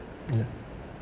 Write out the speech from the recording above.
ya